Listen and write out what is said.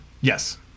Yes